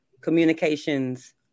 communications